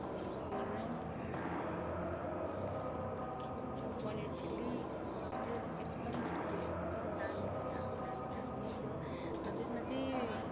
अनि cold drink अन्त के भन्छ पनिर चिल्ली मगाएको थियो एकदम मिठो थियो एकदम दामी थियो दामी दामी दामी थियो हो त्यसमा चाहिँ